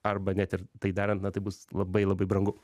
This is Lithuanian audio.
arba net ir tai darant ne tai bus labai labai brangu